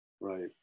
Right